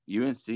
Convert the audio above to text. UNC